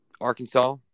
Arkansas